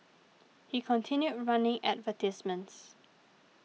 he continued running advertisements